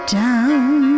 down